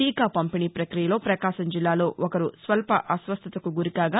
టీకా పంపిణీ ప్రక్రియలో ప్రకాశం జిల్లాలో ఒకరు స్వల్ప అస్వస్థతకు గురి కాగా